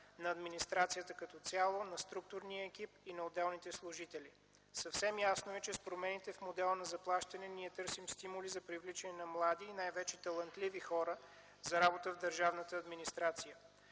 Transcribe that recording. на администрацията като цяло, на структурния екип и на отделните служители. Съвсем ясно е, че с промените в модела на заплащане ние търсим стимули за привличане на млади и най-вече талантливи хора за работа в държавната администрация.